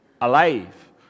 alive